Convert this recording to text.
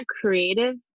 creative